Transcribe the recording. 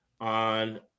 on